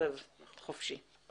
מסתובב חופשי.